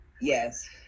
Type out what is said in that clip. Yes